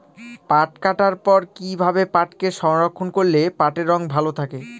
পাট কাটার পর কি ভাবে পাটকে সংরক্ষন করলে পাটের রং ভালো থাকে?